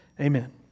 Amen